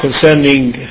concerning